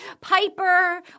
Piper